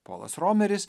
polas romeris